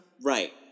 Right